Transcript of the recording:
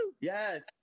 Yes